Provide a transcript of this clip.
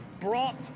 brought